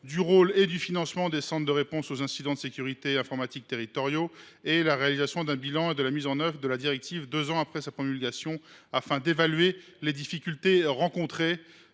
du rôle et du financement des centres de réponse aux incidents de sécurité informatique territoriaux ; et la réalisation d’un bilan de la mise en œuvre de la directive deux ans après sa promulgation, afin d’évaluer les difficultés rencontrées